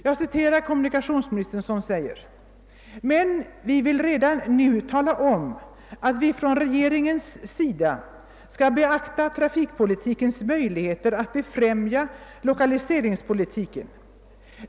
Jag citerar kommunikationsministern som sade: »Men vi vill redan nu tala om, att vi från regeringens sida skall beakta trafikpolitikens möjligheter att befrämja lokaliseringspolitiken.